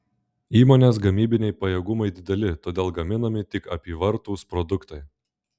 įmonės gamybiniai pajėgumai dideli todėl gaminami tik apyvartūs produktai